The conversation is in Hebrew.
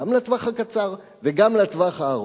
גם לטווח הקצר וגם לטווח הארוך.